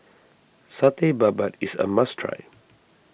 Satay Babat is a must try